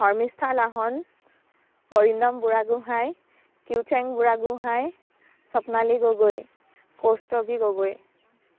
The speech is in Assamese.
শৰ্মিষ্ঠা লাহন অৰিন্দম বুঢ়াগোহাঁই কিউচেং বুঢ়াগোহাঁই স্বপ্নালী গগৈ কৌস্তভী গগৈ